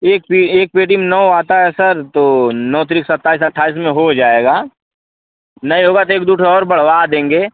एक एक पेटी में नौ आता है सर तो नौ त्रिक सत्ताइस अट्ठाईस में हो जाएगा नहीं होगा तो एक दो ठो और बढ़वा देंगे